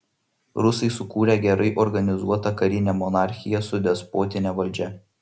rusai sukūrė gerai organizuotą karinę monarchiją su despotine valdžia